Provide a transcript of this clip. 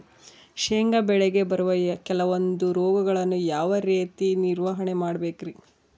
ಶೇಂಗಾ ಬೆಳೆಗೆ ಬರುವ ಕೆಲವೊಂದು ರೋಗಗಳನ್ನು ಯಾವ ರೇತಿ ನಿರ್ವಹಣೆ ಮಾಡಬೇಕ್ರಿ?